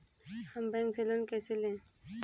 हम बैंक से लोन कैसे लें?